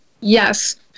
Yes